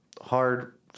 hard